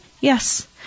Yes